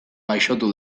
gaixotu